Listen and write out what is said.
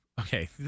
Okay